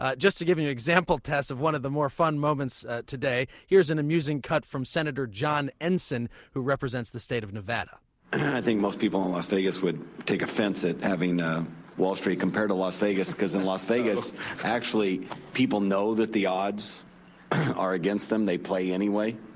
ah just to give you an example, tess, of one of the more fun moments today, here's an amusing cut from senator john ensign who represents the state of nevada i think most people in las vegas would take offense at having wall street compared to las vegas because in las vegas actually people know that the odds are against them. they play anyway.